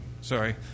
Sorry